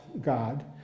God